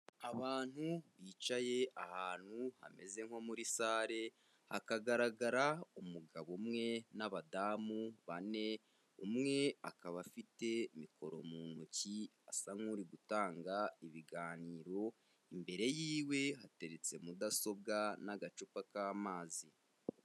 Abantu bicaye ahantu hameze nko muri salle, hakagaragara umugabo umwe n'abadamu bane, umwe akaba afite mikoro mu ntoki, asa nk'uri gutanga ibiganiro, imbere yiwe hateretse mudasobwa n'agacupa k'amazi.